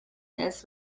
this